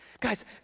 Guys